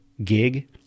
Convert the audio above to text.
gig